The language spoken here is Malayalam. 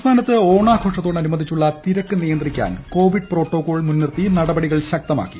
സംസ്ഥാനത്ത് ഓണത്തോടനുബന്ധിച്ചുള്ള തിരക്ക് നിയന്ത്രിക്കാൻ കോവിഡ് പ്രോട്ടോക്കോൾ മുൻനിർത്തി നടപടികൾ ശക്തമാക്കി